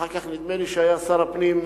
אחר כך נדמה לי ששטרית היה שר הפנים,